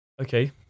Okay